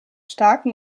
starken